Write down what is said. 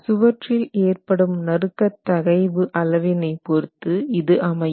சுவற்றில் ஏற்படும் நறுக்கத் தகைவு அளவினை பொறுத்து இது அமையும்